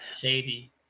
shady